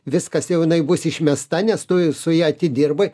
viskas jau jinai bus išmesta nes tu su ja atidirbai